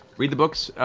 read the books,